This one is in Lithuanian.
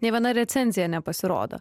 nė viena recenzija nepasirodo